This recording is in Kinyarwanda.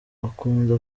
akunda